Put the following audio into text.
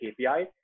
KPI